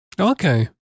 Okay